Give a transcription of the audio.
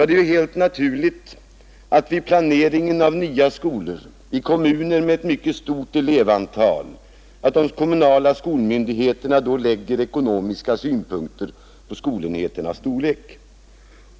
Det är helt naturligt att de kommunala skolmyndigheterna i kommuner med mycket stort elevantal vid planeringen av nya skolor lägger ekonomiska synpunkter på skolenheternas storlek.